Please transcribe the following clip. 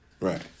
Right